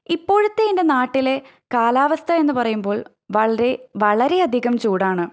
ഇപ്പോഴത്തെ എൻ്റെ നാട്ടിൽ കാലാവസ്ഥ എന്ന് പറയുമ്പോൾ വളരെ വളരെയധികം ചൂടാണ്